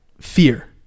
fear